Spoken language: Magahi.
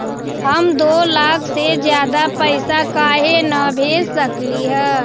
हम दो लाख से ज्यादा पैसा काहे न भेज सकली ह?